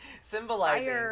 symbolizing